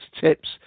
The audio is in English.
tips